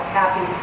happy